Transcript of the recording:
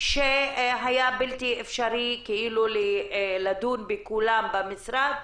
וזה היה בלתי אפשרי לדון בכולן במשרד,